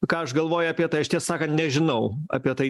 ką aš galvoju apie tai aš tiesą sakant nežinau apie tai